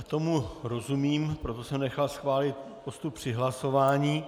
Tomu rozumím, proto jsem nechal schválit postup při hlasování.